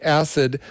acid